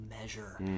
measure